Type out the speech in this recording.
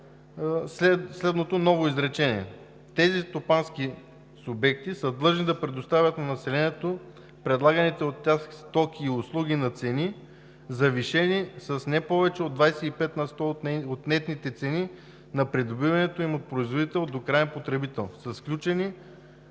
следното ново изречение: „Тези стопански субекти са длъжни да предоставят на населението предлаганите от тях стоки и услуги на цени, завишени с не повече от 25 на сто от нетните цени на придобиването им от производител до краен потребител с включени